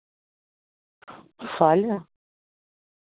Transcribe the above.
ठीक ऐ